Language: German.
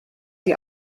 die